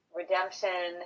redemption